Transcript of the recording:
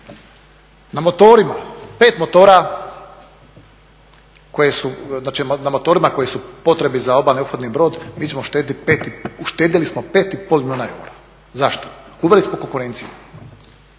Na motorima, pet motora koji su potrebni za obalni ophodni brod mi ćemo uštedjeti, uštedjeli smo 5,5 milijuna eura. Zašto? Uveli smo konkurenciju.